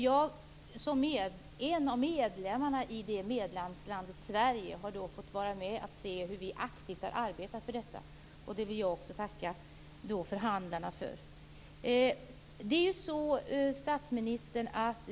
Jag som en av medlemmarna i medlemslandet Sverige har fått vara med och se hur vi aktivt har arbetat för detta, och jag vill tacka förhandlarna för det.